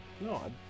No